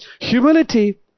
Humility